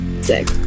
Sick